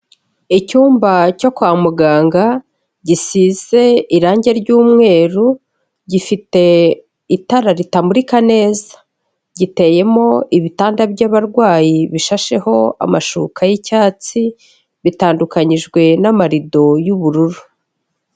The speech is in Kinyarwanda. Icyumba cyo kwa muganga gisize irangi ry'umweru, gifite itara ritamurika neza giteyemo ibitanda by'abarwayi bishasheho amashuka y'icyatsi, bitandukanyijwe n'amarido y'ubururu.